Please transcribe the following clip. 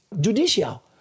judicial